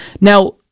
Now